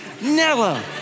Nella